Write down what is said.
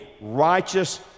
righteous